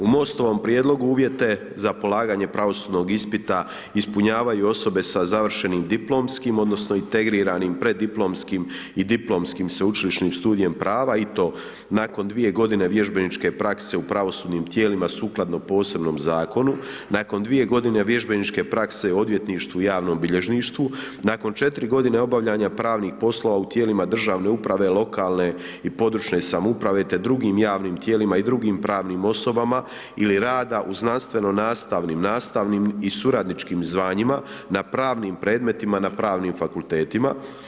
U MOST-ovom prijedlogu uvjete za polaganje pravosudnog ispita ispunjavanju osobe sa završenim diplomskim odnosno integriranim preddiplomskim i diplomskim sveučilišnim studijem prava i to nakon 2 godine vježbeničke prakse u pravosudnim tijelima sukladno posebnom zakonu, nakon 2 godine vježbeničke prakse u odvjetništvu i javnom bilježništvu, nakon 4 godine obavljanja pravnih poslova u tijelima državne uprave, lokalne i područne samouprave te drugim javnim tijelima i drugim pravnim osobama ili rada u znanstveno nastavnim, nastavnim i suradničkim zvanjima na pravnim predmetima na pravnim fakultetima.